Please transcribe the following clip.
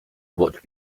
what